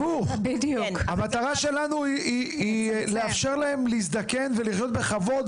המטרה שלנו היא לאפשר להם להזדקן ולחיות בכבוד,